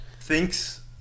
thinks